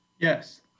Yes